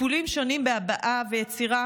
טיפולים שונים בהבעה ויצירה